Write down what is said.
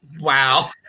Wow